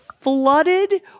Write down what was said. flooded